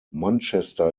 manchester